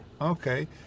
okay